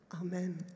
Amen